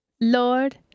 Lord